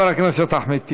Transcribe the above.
חבר הכנסת אחמד טיבי.